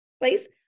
place